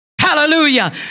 Hallelujah